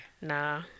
nah